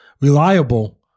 reliable